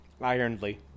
Ironly